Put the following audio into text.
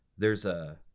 there's ah.